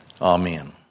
amen